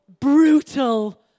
brutal